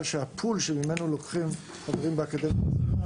שהפול שממנו לוקחים חברים לאקדמיה הצעירה,